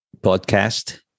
podcast